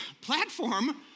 platform